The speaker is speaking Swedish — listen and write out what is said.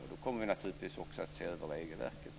Och då kommer vi naturligtvis att se över regelverket.